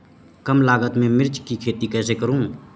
कम लागत में मिर्च की खेती कैसे करूँ?